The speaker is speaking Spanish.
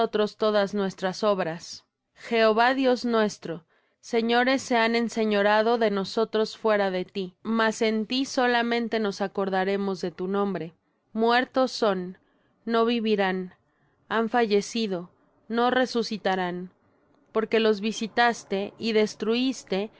todas nuestras obras jehová dios nuestro señores se han enseñoreado de nosotros fuera de ti mas en ti solamente nos acordaremos de tu nombre muertos son no vivirán han fallecido no resucitarán porque los visitaste y destruiste y